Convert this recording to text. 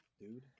dude